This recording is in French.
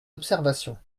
observations